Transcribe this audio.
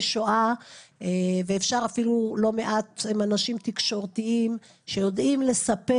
שואה ולא מעט הם אנשים תקשורתיים שיודעים לספר,